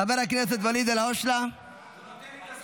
חבר הכנסת ואליד אלהואשלה --- אדוני היו"ר,